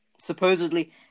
Supposedly